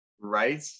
Right